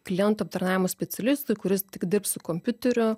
klientų aptarnavimo specialistui kuris tik dirbs su kompiuteriu